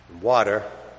water